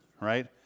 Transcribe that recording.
right